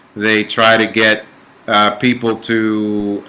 they try to get people to